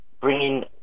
bringing